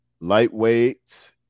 lightweight